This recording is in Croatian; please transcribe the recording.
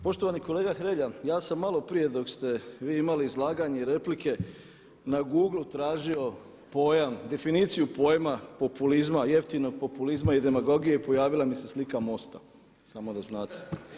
Poštovani kolega Hrelja, ja sam maloprije dok ste vi imali izlaganje i replike na Googlu tražio pojam, definiciju pojma populizma jeftinog populizma i demagogije i pojavila mi se slika MOST-a samo da znate.